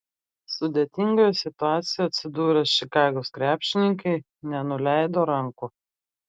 sudėtingoje situacijoje atsidūrę čikagos krepšininkai nenuleido rankų